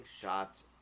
shots